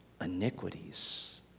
Iniquities